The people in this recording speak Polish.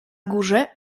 górze